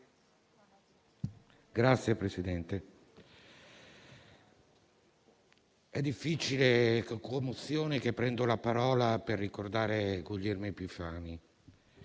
Signor Presidente, è con difficoltà e commozione che prendo la parola per ricordare Guglielmo Epifani,